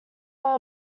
are